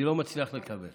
אני לא מצליח לקבל.